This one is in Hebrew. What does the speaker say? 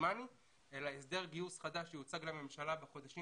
ודמני אלא הסדר גיוס חדש שיוצג לממשלה בחודשים